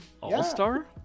all-star